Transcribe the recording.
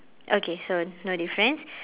okay so no difference